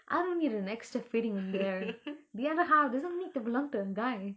I don't need an extra feeling in there the other half doesn't need to belong to a guy